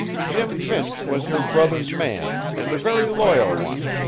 jim finch was your brother's man, and a very loyal one.